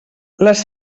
les